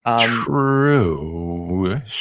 True